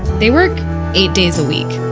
they work eight days a week